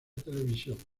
televisión